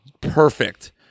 perfect